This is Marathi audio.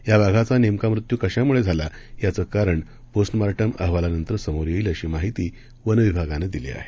या वाघाचा नेमका मृत्यू कश्यामुळे झाला याचं कारण पोस्टमॉर्टम अहवालानंतर समोर येईल अशी माहिती वनविभागानं दिली आहे